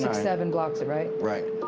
seven blocks it, right? right.